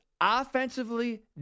offensively